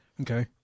Okay